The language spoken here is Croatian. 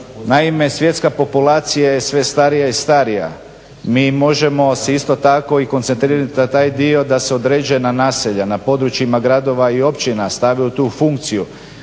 Naime svjetska populacija je sve starija i starija. Mi možemo se isto tako koncentrirat na taj dio da se određuje na naselja na područjima gradova i općina stave u tu funkciju